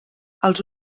als